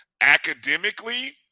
academically